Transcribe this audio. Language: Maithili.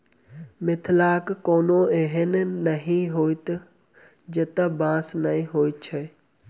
मिथिलाक कोनो एहन गाम नहि होयत जतय बाँस नै होयत छै